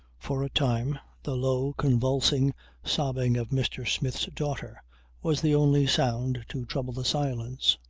for a time the low convulsive sobbing of mr. smith's daughter was the only sound to trouble the silence.